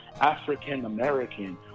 African-American